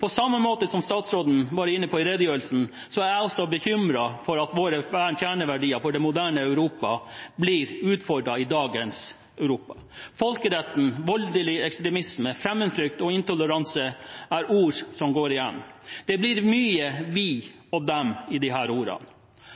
På samme måte som statsråden var inne på i redegjørelsen, er jeg også bekymret for at våre kjerneverdier for det moderne Europa blir utfordret i dagens Europa. Folkeretten, voldelig ekstremisme, fremmedfrykt og intoleranse er ord som går igjen. Det blir mye «vi» og «de» i disse ordene.